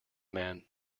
man